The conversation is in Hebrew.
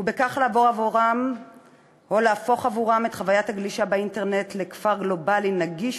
ובכך להפוך עבורם את חוויית הגלישה באינטרנט לחוויה של כפר גלובלי נגיש,